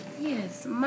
yes